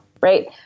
right